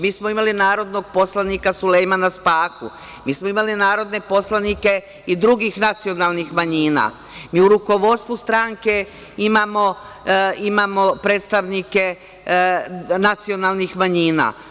Mi smo imali narodnog poslanik Sulejmana Spahu, mi smo imali narodne poslanike i drugih nacionalnih manjina i rukovodstvo stranke imamo predstavnike nacionalnih manjina.